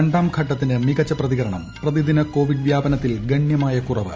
രണ്ടാം ഘട്ടത്തിന് മിക്ച്ചു പ്രതികരണം പ്രതിദിന കോവിഢ് വ്യാപനത്തിൽ ഗണ്യമായ കുറവ്